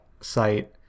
site